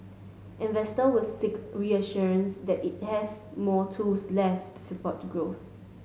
investors will seek reassurances that it has more tools left support growth